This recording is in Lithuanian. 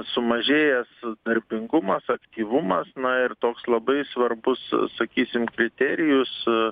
sumažėjęs darbingumas aktyvumas na ir toks labai svarbus sakysim kriterijus